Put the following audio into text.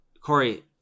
Corey